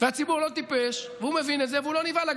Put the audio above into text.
והציבור לא טיפש ומבין את זה ולא נבהל.